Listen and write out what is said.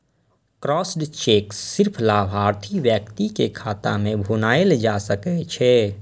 crossed cheque सिर्फ लाभार्थी व्यक्ति के खाता मे भुनाएल जा सकै छै